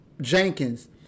Jenkins